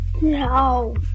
No